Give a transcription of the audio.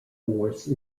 force